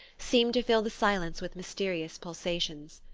seemed to fill the silence with mysterious pulsations.